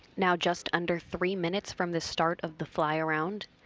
now just under three minutes from the start of the fly around,